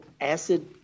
acid